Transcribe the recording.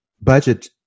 budget